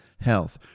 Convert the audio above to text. health